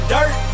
Dirt